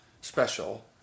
special